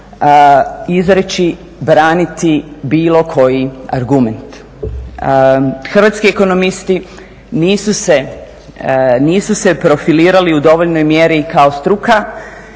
izreći, braniti bilo koji argument. Hrvatski ekonomisti nisu se profilirali u dovoljnoj mjeri kao struka,